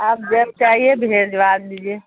آپ جب چاہیے بھیجوا دیجیے